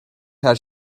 her